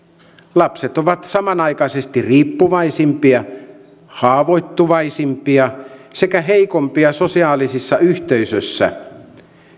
lapset ovat samanaikaisesti riippuvaisimpia haavoittuvaisimpia sekä heikoimpia sosiaalisissa yhteisöissä